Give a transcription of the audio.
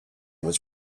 was